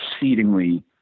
exceedingly